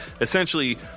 essentially